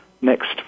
next